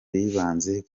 bibanze